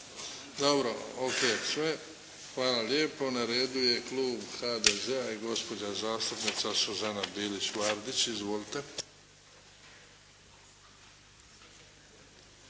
Dobor. O.k. sve. Hvala lijepo. Na redu je klub HDZ-a i gospođa zastupnica Suzana Bilić Vardić. Izvolite.